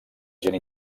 gent